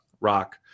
rock